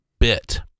bit